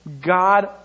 god